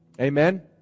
Amen